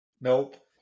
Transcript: Nope